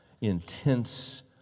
intense